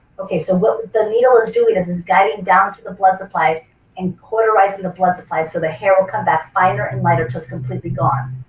okay so what the needle is doing is is guiding down to the blood supply and cauterizing the blood supply so the hair will come back finer and lighter just completely gone.